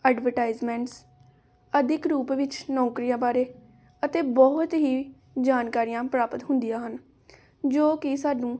advertisements ਅਧਿਕ ਰੂਪ ਵਿੱਚ ਨੌਕਰੀਆਂ ਬਾਰੇ ਅਤੇ ਬਹੁਤ ਹੀ ਜਾਣਕਾਰੀਆਂ ਪ੍ਰਾਪਤ ਹੁੰਦੀਆਂ ਹਨ ਜੋ ਕਿ ਸਾਨੂੰ